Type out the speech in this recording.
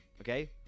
Okay